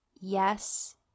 yes